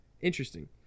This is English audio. Interesting